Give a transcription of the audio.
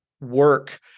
work